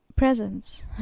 presence